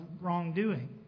wrongdoing